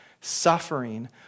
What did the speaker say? Suffering